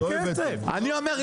אני אומר,